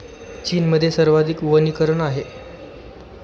चीनमध्ये सर्वाधिक वनीकरण आहे